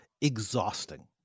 exhausting